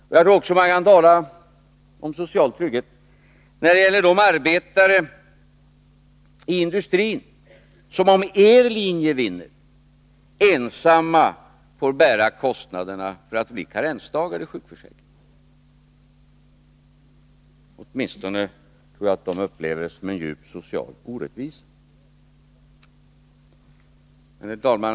Jag tror inte heller att man kan tala om social trygghet för de arbetare i 33 industrin som, om er linje beträffande karensdagar i sjukförsäkringen vinner, ensamma får bära kostnaderna för att det blir sådana. Jag tror åtminstone att dessa arbetare upplever ett sådant system som en djup social orättvisa. Herr talman!